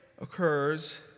occurs